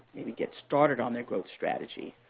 maybe get started on their growth strategy.